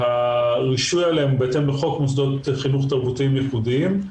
שהרישוי שלהם הוא בהתאם לחוק מוסדות חינוך תרבותיים ייחודיים.